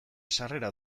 sarrera